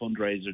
fundraiser